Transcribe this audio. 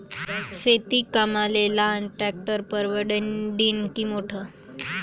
शेती कामाले लहान ट्रॅक्टर परवडीनं की मोठं?